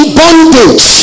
bondage